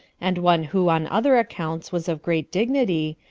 and one who, on other accounts, was of great dignity,